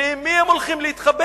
ועם מי הם הולכים להתחבק?